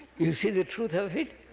you see the truth of it?